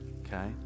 okay